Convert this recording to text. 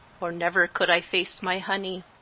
or never could i face my honey.